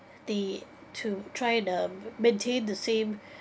the to try the maintain the same